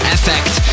Effect